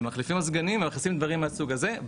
ומחליפים מזגנים ומחליפים דברים מהסוג הזה,